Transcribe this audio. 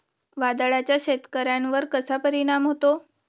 वादळाचा शेतकऱ्यांवर कसा परिणाम होतो?